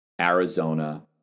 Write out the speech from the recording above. Arizona